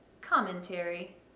commentary